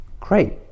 Great